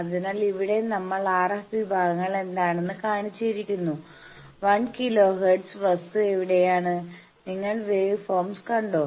അതിനാൽ ഇവിടെ നമ്മൾ RF വിഭാഗങ്ങൾ ഏതാണെന്ന് കാണിച്ചിരിക്കുന്നു 1 കിലോ ഹെർട്സ് വസ്തു എവിടെയാണ് നിങ്ങൾ വേവ് ഫോംസ് കണ്ടോ